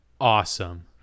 Awesome